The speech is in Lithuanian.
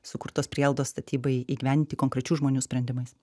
sukurtos prielaidos statybai įgyvendinti konkrečių žmonių sprendimais